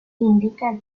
indica